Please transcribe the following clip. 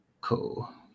cool